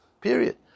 Period